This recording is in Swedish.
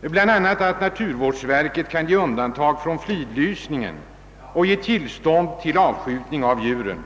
bl.a. att naturvårdsverket kan medge undantag från fridlysning och ge tillstånd till avskjutning av djuren.